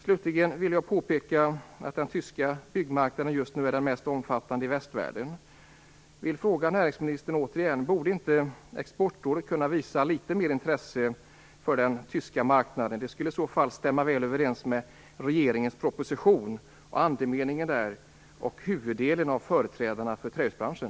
Slutligen vill jag påpeka att den tyska byggmarknaden just nu är den mest omfattande i västvärlden. Exportrådet kunna visa litet mer intresse för den tyska marknaden? Det skulle i så fall stämma väl överens med regeringens proposition och andemeningen i den och med huvuddelen av företrädarna för trähusbranschen.